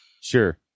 Sure